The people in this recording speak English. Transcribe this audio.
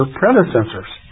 predecessors